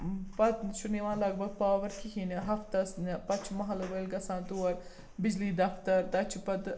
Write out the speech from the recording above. پَتہٕ چھُنہٕ یِوان لگ بھگ پاوَر کِہیٖنۍ نہٕ ہَفتَس نہٕ پَتہٕ چھِ مَحلہٕ وٲلۍ گَژھان توٗر بجلی دَفتَر تَتہِ چھِ پَتہٕ